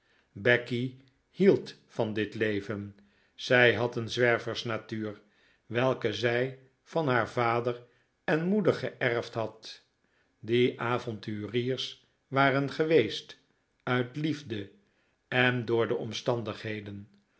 becky hield van dit leven zij had een zwerversnatuur welke zij van haar vader en moeder geerfd had die avonturiers waren geweest uit liefde en door de omstandigheden